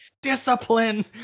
discipline